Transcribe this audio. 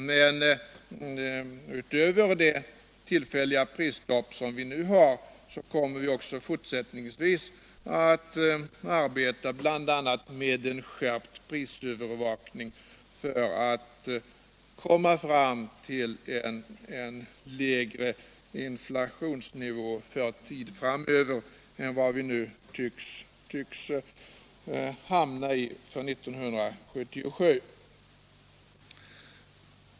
Men utöver det tillfälliga prisstopp som vi nu har kommer vi också fortsättningsvis att arbeta bl.a. med en skärpt prisövervakning i syfte att nå fram till en lägre inflationsnivå för tiden framöver än vad vi nu tycks hamna i för 1977.